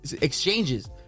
exchanges